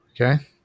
Okay